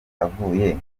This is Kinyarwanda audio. avuye